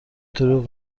دروغ